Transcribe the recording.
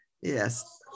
Yes